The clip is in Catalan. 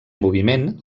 moviment